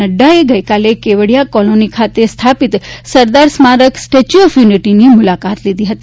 નડ્ડાએ ગઇકાલે કેવડીયા કોલોની ખાતે સ્થાપિત સરદાર સ્મારક સ્ટેચ્યુ ઓફ યુનિટીની મુલાકાત લીધી હતી